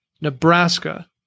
Nebraska